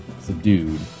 subdued